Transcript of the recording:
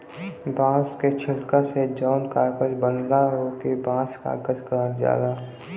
बांस के छीलन से जौन कागज बनला ओके बांस कागज कहल जाला